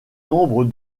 nombre